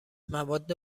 مواد